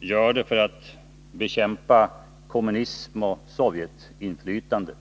gör det för att bekämpa kommunism och Sovjetinflytande.